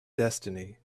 destiny